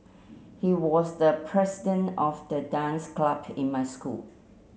he was the president of the dance club in my school